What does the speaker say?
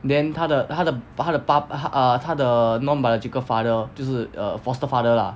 then 她的她的她的爸 err 她的 non biological father 就是 err foster father lah